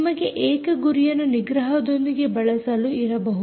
ನಿಮಗೆ ಏಕ ಗುರಿಯನ್ನು ನಿಗ್ರಹದೊಂದಿಗೆ ಬಳಸಲು ಇರಬಹುದು